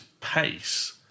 pace